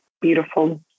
beautiful